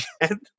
again